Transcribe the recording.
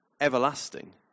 everlasting